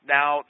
Now